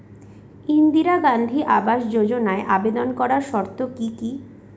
ইন্দিরা গান্ধী আবাস যোজনায় আবেদন করার শর্ত কি কি?